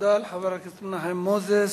תודה לחבר הכנסת מנחם מוזס.